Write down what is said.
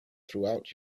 throughout